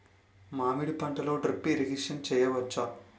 మామిడి పంటలో drip irrigation చేయచ్చా?